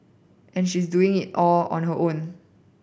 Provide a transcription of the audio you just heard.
and she is doing it all on her own